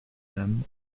them